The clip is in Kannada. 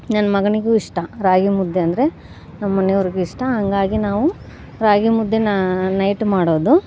ನನ್ನ ಮಗನಿಗೂ ಇಷ್ಟ ರಾಗಿ ಮುದ್ದೆ ಅಂದರೆ ನಮ್ಮನೆಯವ್ರಿಗೂ ಇಷ್ಟ ಹಂಗಾಗಿ ನಾವು ರಾಗಿ ಮುದ್ದೆನ ನೈಟ್ ಮಾಡೋದು